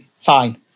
fine